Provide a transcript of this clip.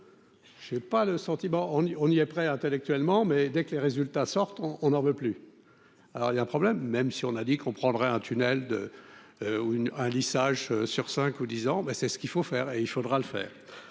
j'ai pas le sentiment, on y est prêt intellectuellement, mais dès que les résultats sortent on on en veut plus, alors il y a un problème, même si on a dit qu'on prendrait un tunnel, d'où une un lissage sur 5 ou 10 ans, mais c'est ce qu'il faut faire et il faudra le faire